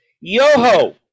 Yoho